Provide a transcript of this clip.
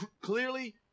clearly